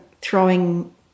throwing